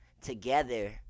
together